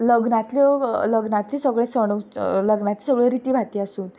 लग्नांतल्यो लग्नांतली सगले सण उत्सव लग्नाची सगली रिती भाती आसूं